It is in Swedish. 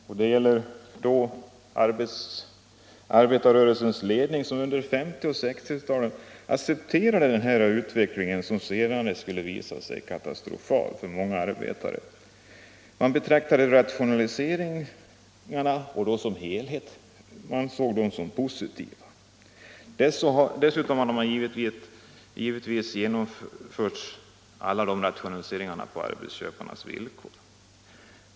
Arbetarrörelsens ledning accepterade under 1950 och 1960-talen en utveckling som sedan skulle visa sig katastrofal för många arbetare. Rationaliseringar har som helhet setts som positiva. Alla rationaliseringar genomfördes givetvis på arbetsköparnas villkor.